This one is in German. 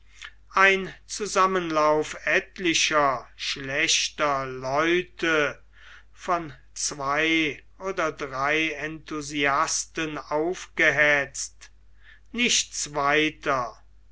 ein zusammenlauf etlicher schlechten leute von zwei oder drei enthusiasten aufgehetzt nichts weiter